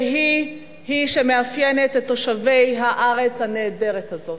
והיא היא שמאפיינת את תושבי הארץ הנהדרת הזאת.